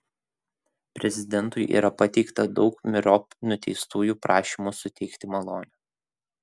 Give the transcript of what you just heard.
prezidentui yra pateikta daug myriop nuteistųjų prašymų suteikti malonę